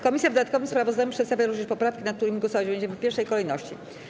Komisja w dodatkowym sprawozdaniu przedstawia również poprawki, nad którymi głosować będziemy w pierwszej kolejności.